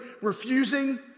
refusing